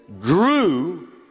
Grew